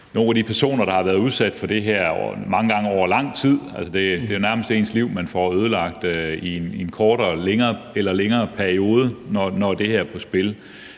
nogle af de personer, der har været udsat for det her – mange gange over lang tid. Det er jo nærmest ens liv, man får ødelagt i en kortere eller længere periode, når det her er på spil.